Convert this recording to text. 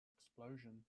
explosion